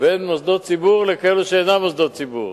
בין מוסדות ציבור לכאלה שאינם מוסדות ציבור.